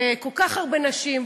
וכל כך הרבה נשים,